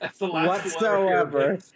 whatsoever